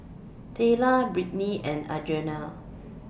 Tayla Brittni and Adrianna